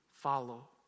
follow